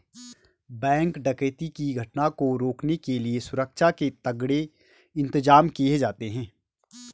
bank डकैती की घटना को रोकने के लिए सुरक्षा के तगड़े इंतजाम किए जाते हैं